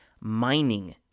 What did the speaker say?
mining